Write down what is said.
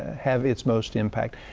have it's most impact.